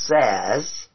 says